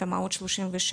תמ"אות 37,